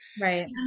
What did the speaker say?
right